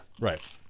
right